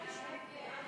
ההצעה להסיר מסדר-היום